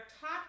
top